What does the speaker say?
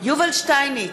יובל שטייניץ,